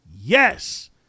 Yes